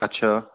अच्छा